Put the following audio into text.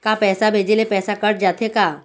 का पैसा भेजे ले पैसा कट जाथे का?